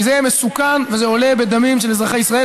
כי זה מסוכן וזה עולה בדמים של אזרחי ישראל.